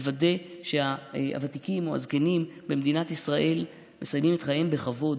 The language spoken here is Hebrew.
לוודא שהוותיקים או הזקנים במדינת ישראל מסיימים את חייהם בכבוד.